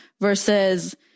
versus